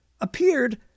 appeared